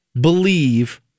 believe